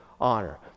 honor